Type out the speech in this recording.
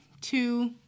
two